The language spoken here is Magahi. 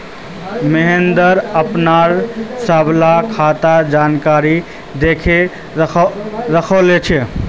महेंद्र अपनार सबला खातार जानकारी दखे रखयाले